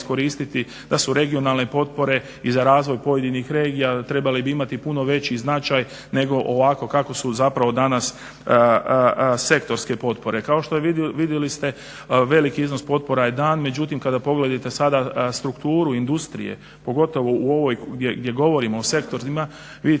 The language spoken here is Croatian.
da su regionalne potpore i za razvoj pojedinih regija trebale bi imati puno veći značaj nego ovako kako su danas sektorske potpore. Kao što ste vidjeli veliki iznos potpora je dan međutim kada pogledate sada strukturu industrije pogotovo u ovim sektorima vidite